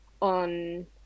on